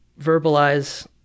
verbalize